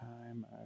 time